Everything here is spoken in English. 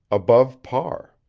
above par.